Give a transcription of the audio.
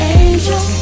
angel